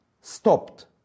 stopped